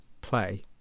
play